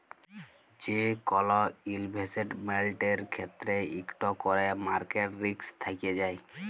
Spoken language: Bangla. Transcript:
যে কল ইলভেসেটমেল্টের ক্ষেত্রে ইকট ক্যরে মার্কেট রিস্ক থ্যাকে যায়